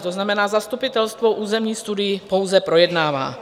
To znamená, zastupitelstvo územní studii pouze projednává.